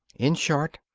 in short,